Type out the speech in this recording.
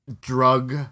drug